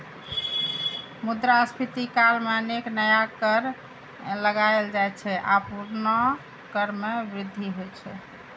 मुद्रास्फीति काल मे अनेक नया कर लगाएल जाइ छै आ पुरना कर मे वृद्धि होइ छै